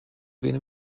vin